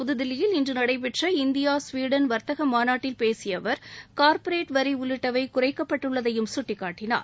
புதுதில்லியில் இன்று நடைபெற்ற இந்தியா சுவீடன் வர்த்த மாநாட்டில் பேசிய அவர் கார்ப்ரேட் வரி உள்ளிட்டவை குறைக்கப்பட்டுள்ளதையும் சுட்டிக்காட்டினார்